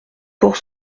pour